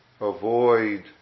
avoid